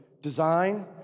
design